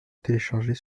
télécharger